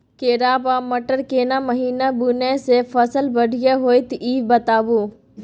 केराव आ मटर केना महिना बुनय से फसल बढ़िया होत ई बताबू?